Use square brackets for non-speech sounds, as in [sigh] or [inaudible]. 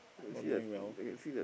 not doing well [breath]